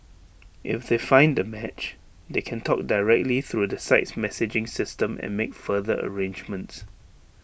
if they find A match they can talk directly through the site's messaging system and make further arrangements